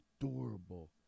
adorable